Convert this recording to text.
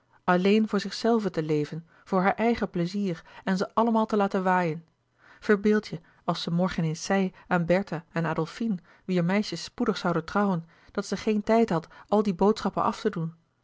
alleen voor zichzelve te leven voor haar eigen pleizier en ze allemaal te laten waaien verbeeldje als ze morgen eens zei aan bertha en adolfine wier meisjes spoedig zouden trouwen dat ze geen tijd had al die boodschappen af te doen